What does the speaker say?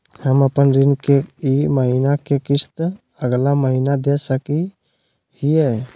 हम अपन ऋण के ई महीना के किस्त अगला महीना दे सकी हियई?